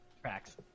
Tracks